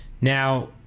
Now